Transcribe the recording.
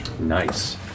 Nice